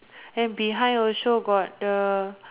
then behind also got the